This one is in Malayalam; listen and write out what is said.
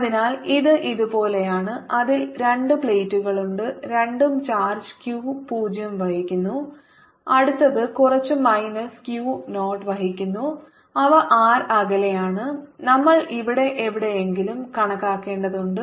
അതിനാൽ ഇത് ഇതുപോലെയാണ് അതിൽ രണ്ട് പ്ലേറ്റുകളുണ്ട് രണ്ടും ചാർജ് Q 0 വഹിക്കുന്നു അടുത്തത് കുറച്ച് മൈനസ് Q 0 വഹിക്കുന്നു അവ R അകലെയാണ് നമ്മൾ ഇവിടെ എവിടെയെങ്കിലും കണക്കാക്കേണ്ടതുണ്ട്